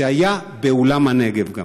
שגם היה באולם נגב.